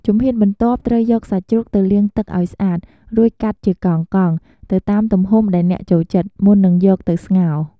ជំហានបន្ទាប់ ត្រូវយកសាច់ជ្រូកទៅលាងទឹកឱ្យស្អាតរួចកាត់ជាកង់ៗ ទៅតាមទំហំដែលអ្នកចូលចិត្ត មុននឹងយកទៅស្ងោរ។